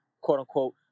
quote-unquote